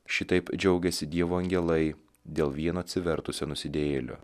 šitaip džiaugiasi dievo angelai dėl vieno atsivertusio nusidėjėlio